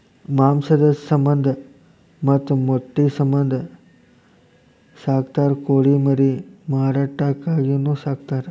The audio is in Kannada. ಮಾಂಸದ ಸಮಂದ ಮತ್ತ ಮೊಟ್ಟಿ ಸಮಂದ ಸಾಕತಾರ ಕೋಳಿ ಮರಿ ಮಾರಾಟಕ್ಕಾಗಿನು ಸಾಕತಾರ